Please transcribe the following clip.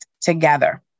together